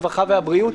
הרווחה והבריאות,